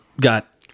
got